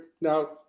Now